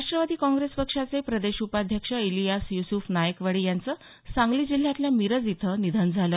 राष्ट्रवादी काँग्रेस पक्षाचे प्रदेश उपाध्यक्ष इलियास युसुफ नायकवडी यांचं सांगली जिल्ह्यातल्या मिरज इथं निधन झालं